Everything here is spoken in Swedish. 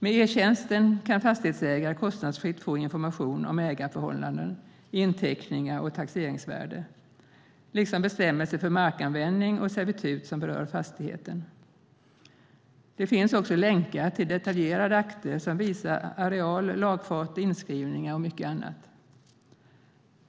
Med e-tjänsten kan fastighetsägare kostnadsfritt få information om ägarförhållanden, inteckningar och taxeringsvärde liksom bestämmelser för markanvändning och servitut som berör fastigheten. Där finns också länkar till detaljerade akter som visar areal, lagfarter, inskrivningar och mycket annat.